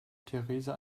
theresa